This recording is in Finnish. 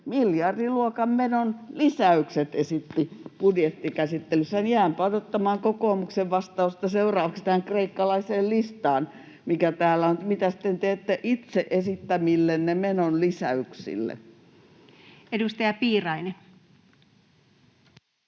miljardiluokan menonlisäykset budjettikäsittelyssä. Jäänpä odottamaan kokoomuksen vastausta seuraavaksi tähän kreikkalaiseen listaan, mikä täällä on: mitä sitten teette itse esittämillenne menonlisäyksille? [Speech